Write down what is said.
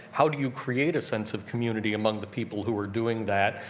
how do you create a sense of community among the people who are doing that?